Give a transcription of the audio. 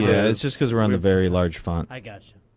yeah it's just because we're on the very large font. i gotcha.